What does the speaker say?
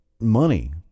money